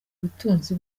ubutunzi